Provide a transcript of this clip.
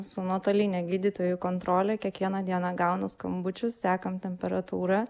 su nuotoline gydytojų kontrole kiekvieną dieną gaunu skambučių sekam temperatūrą